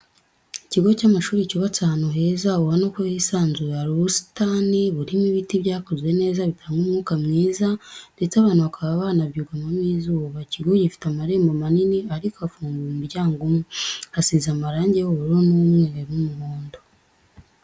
Ikigo cy'amashuri cyubatse ahantu heza, ubona ko hisanzuye hari ubusitani burimo ibiti byakuze neza bitanga umwuka mwiza ndetse abantu bakaba banabyugamamo izuba, ikigo gifite amarembo manini ariko afunguye umuryango umwe, hasize amarange y'ubururu, umweru n'umuhondo.